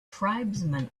tribesmen